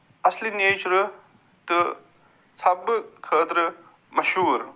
اصلہِ نیچرٕ تہٕ ژھبہٕ خٲطرٕ مشہوٗر